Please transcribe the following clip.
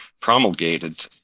promulgated